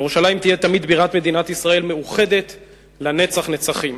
ירושלים תהיה תמיד בירת מדינת ישראל מאוחדת לנצח נצחים".